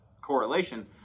correlation